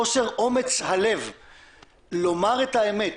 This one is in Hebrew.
חוסר אומץ הלב לומר את האמת.